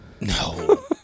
No